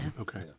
Okay